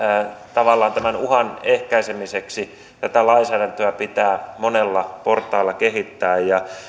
tavallaan tämän uhan ehkäisemiseksi tätä lainsäädäntöä pitää monella portaalla kehittää